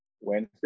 Wednesday